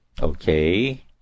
okay